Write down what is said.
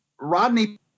Rodney